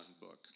book